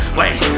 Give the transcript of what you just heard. wait